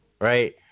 right